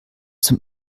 zum